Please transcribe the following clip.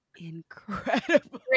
incredible